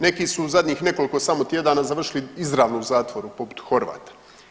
Neki su zadnjih u nekoliko samo tjedana završili izravno u zatvoru poput Horvata.